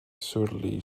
surly